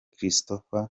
christopher